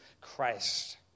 Christ